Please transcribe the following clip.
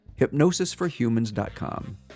hypnosisforhumans.com